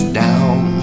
down